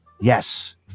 Yes